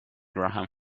graham